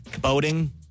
Boating